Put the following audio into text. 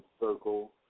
circle